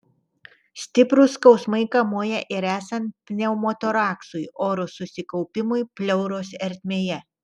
stiprūs skausmai kamuoja ir esant pneumotoraksui oro susikaupimui pleuros ertmėje